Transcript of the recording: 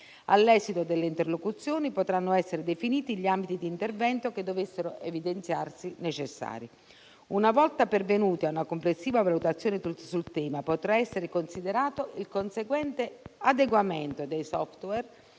All'esito delle interlocuzioni potranno essere definiti gli ambiti di intervento che dovessero evidenziarsi necessari. Una volta pervenuti a una complessiva valutazione sul tema, potrà essere considerato il conseguente adeguamento dei *software*